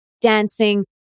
dancing